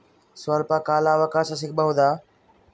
ಸ್ವಲ್ಪ ಕಾಲ ಅವಕಾಶ ಸಿಗಬಹುದಾ?